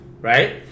right